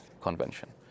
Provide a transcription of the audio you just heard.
Convention